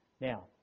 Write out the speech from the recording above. now